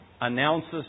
announces